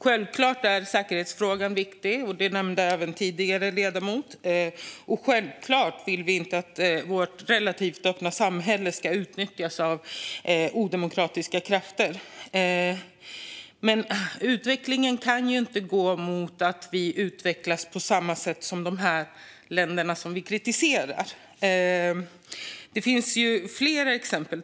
Självklart är säkerhetsfrågan viktig, vilket även den andra ledamoten nämnde tidigare i sitt inlägg, och självklart vill vi inte att vårt relativt öppna samhälle ska utnyttjas av odemokratiska krafter. Men utvecklingen kan ju inte gå mot att vi utvecklas på samma sätt som de länder vi kritiserar. Det finns flera exempel.